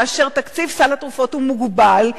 כאשר תקציב סל התרופות הוא מוגבל,